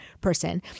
person